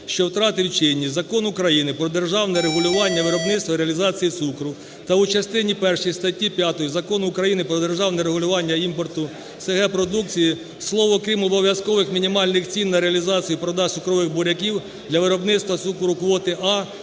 що втратив чинність Закон України "Про державне регулювання виробництва і реалізації цукру". Та у частині першій статті 5 Закону про державне регулювання імпорту с/г продукції слово "крім обов'язкових мінімальних цін на реалізацію і продаж цукрових буряків для виробництва цукру квоти "А"